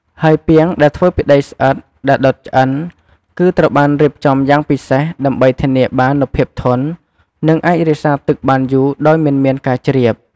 ហើយពាងដែលធ្វើពីដីស្អិតដែលដុតឆ្អិន គឺត្រូវបានរៀបចំយ៉ាងពិសេស ដើម្បីធានាបាននូវភាពធន់ និងអាចរក្សាទឹកបានយូរដោយមិនមានការជ្រាប។